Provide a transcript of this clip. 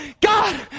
God